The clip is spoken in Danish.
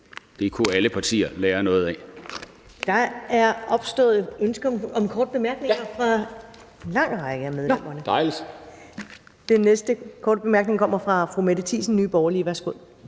Det kunne alle partier lære noget af.